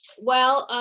well,